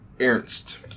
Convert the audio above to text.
Ernst